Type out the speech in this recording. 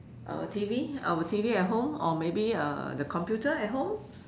our T_V our T_V at home or maybe uh the computer at home